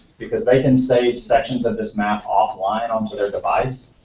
because they can save sections of this map offline on so their device.